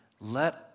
let